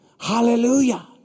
Hallelujah